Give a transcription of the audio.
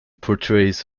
portrays